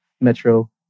Metro